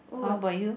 how about you